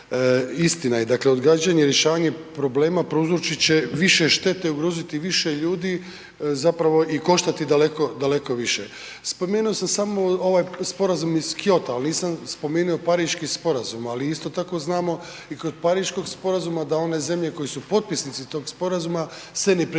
istina je dakle odgađanje rješavanja problema prouzročit će više štete, ugroziti više ljudi zapravo i koštati daleko, daleko više. Spomenuo sam samo ovaj sporazum iz Kyota, ali nisam spomenu Pariški sporazum, ali isto tako znamo i kod Pariškog sporazuma da one zemlje koje su potpisnici tog sporazuma se ne pridržavaju